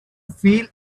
feel